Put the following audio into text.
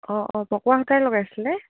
অঁ অঁ পকোৱা সূতাই লগাইছিলে